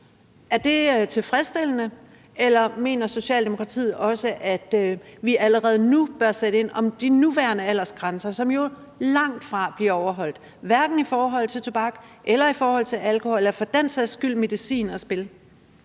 Er det tilfredsstillende, eller mener Socialdemokratiet også, at vi allerede nu bør sætte ind over for de nuværende aldersgrænser, som langtfra bliver overholdt, hverken i forhold til tobak eller i forhold til alkohol eller for den sags skyld medicin og spil?